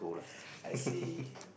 I see